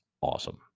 awesome